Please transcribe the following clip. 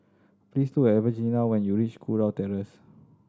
please look Evangelina when you reach Kurau Terrace